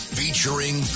featuring